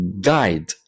guide